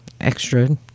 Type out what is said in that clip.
extra